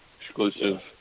Exclusive